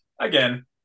Again